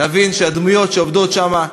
להבין שהדמויות שעובדות שם,